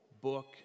book